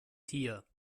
tier